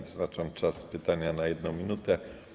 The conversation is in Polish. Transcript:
Wyznaczam czas pytania na 1 minutę.